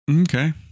Okay